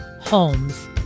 Holmes